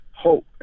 hope